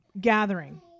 gathering